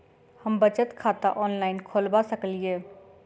हम बचत खाता ऑनलाइन खोलबा सकलिये?